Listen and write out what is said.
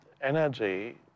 energy